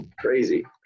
crazy